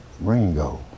Ringo